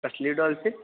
कसली डॉल्फिन